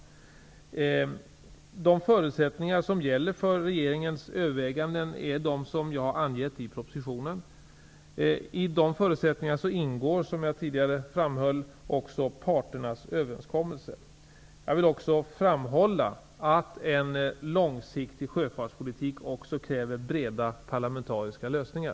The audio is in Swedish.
De förutsättningar som gäller för regeringens överväganden är de som jag har angett i propositionen. I dessa förutsättningar ingår, som jag tidigare framhöll, också parternas överenskommelse. Jag vill också framhålla att en långsiktig sjöfartspolitik också kräver breda parlamentariska lösningar.